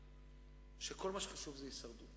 כי כשאתה פועל רק משיקולי הישרדות